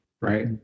right